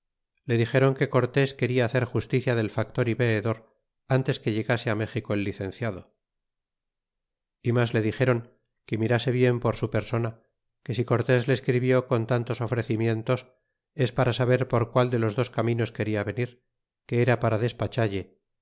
le dixéron que cortés quena hacer justicia del factor y veedor ntes que llegase á méxico el licenciado y mas le dixéron que mirase bien por su persona que si cortés le escribió con tantos ofrecimientos es para saber por qual de los dos caminos guaja venir que era para despachalle